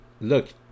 look